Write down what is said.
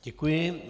Děkuji.